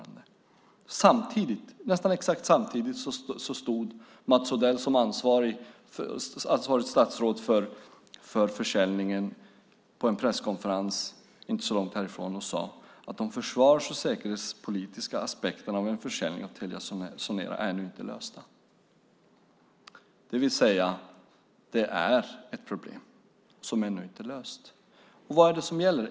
Nästan exakt samtidigt stod Mats Odell som ansvarigt statsråd för försäljningen på en presskonferens inte så långt härifrån och sade att de försvars och säkerhetspolitiska aspekterna av en försäljning av Telia Sonera ännu inte är lösta. Det är alltså ett problem som ännu inte är löst. Vad är det som gäller?